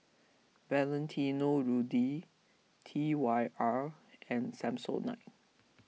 Valentino Rudy T Y R and Samsonite